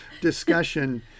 discussion